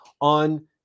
on